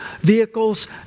vehicles